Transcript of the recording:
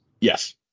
Yes